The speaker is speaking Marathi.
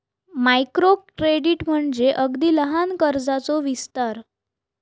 मायक्रो क्रेडिट म्हणजे अगदी लहान कर्जाचो विस्तार